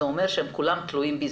זה אומר שהם כולם תלויים בי.